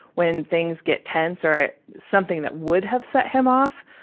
when things get tense or something that would have set him off,